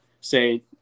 say